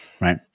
right